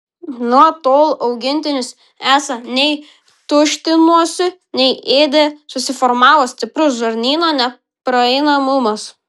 nuo tol augintinis esą nei tuštinosi nei ėdė susiformavo stiprus žarnyno nepraeinamumas